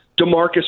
DeMarcus